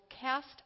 cast